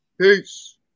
Peace